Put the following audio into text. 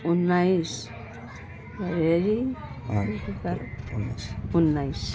उन्नाइस उन्नाइस